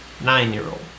nine-year-old